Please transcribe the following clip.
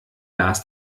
las